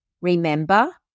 remember